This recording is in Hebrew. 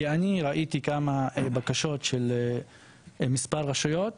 כי אני ראיתי כמה בקשות של מספר רשויות